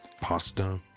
Pasta